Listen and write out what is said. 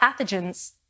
pathogens